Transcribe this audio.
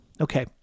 Okay